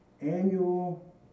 annual